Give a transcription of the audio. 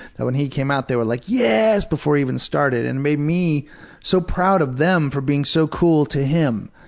but when he came out, they were like, yes! before he even started. and it made me so proud of them for being so cool to him.